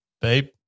Babe